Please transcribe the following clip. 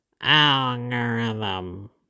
algorithm